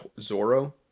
Zoro